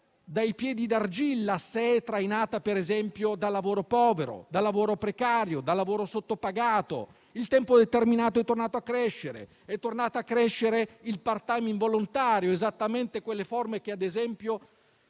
dai piedi d'argilla se è trainata, ad esempio, dal lavoro povero, dal lavoro precario, dal lavoro sottopagato. Il tempo determinato è tornato a crescere, così come è tornato a crescere il *part time* involontario: quelle forme che alimentano,